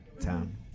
town